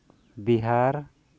Bihar